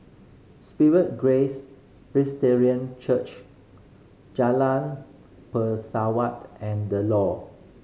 Spirit Grace Presbyterian Church Jalan Pesawat and The Lawn